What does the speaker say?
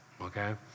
okay